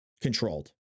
controlled